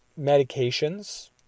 medications